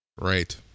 Right